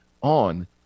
on